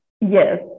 Yes